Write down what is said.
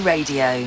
Radio